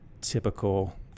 typical